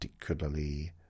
particularly